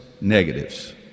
negatives